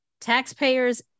taxpayers